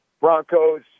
Broncos